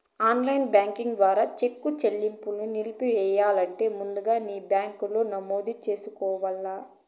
online banking ద్వారా cheque సెల్లింపుని నిలిపెయ్యాలంటే ముందుగా మీ బ్యాంకిలో నమోదు చేసుకోవల్ల